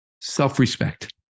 self-respect